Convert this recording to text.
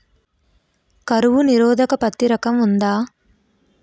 కరువు నిరోధక పత్తి రకం ఉందా?